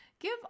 Give